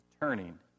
turning